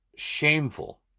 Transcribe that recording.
shameful